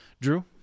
Drew